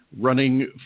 Running